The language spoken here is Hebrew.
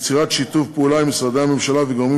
יצירת שיתוף פעולה עם משרדי הממשלה וגורמים